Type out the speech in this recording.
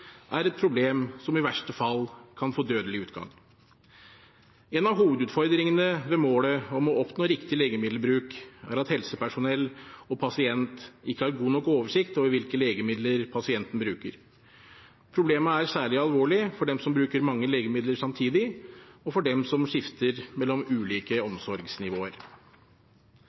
er et problem som i verste fall kan få dødelig utgang. En av hovedutfordringene ved målet om å oppnå riktig legemiddelbruk er at helsepersonell og pasient ikke har god nok oversikt over hvilke legemidler pasienten bruker. Problemet er særlig alvorlig for dem som bruker mange legemidler samtidig, og for dem som skifter mellom ulike omsorgsnivåer.